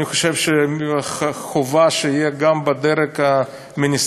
אני חושב שחובה שיהיה גם בדרג המיניסטריאלי